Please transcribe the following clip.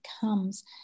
comes